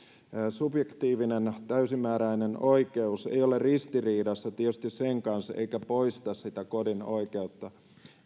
subjektiivinen täysimääräinen oikeus ei ole ristiriidassa tietystikään sen kanssa eikä poista sitä kodin oikeutta